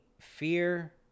fear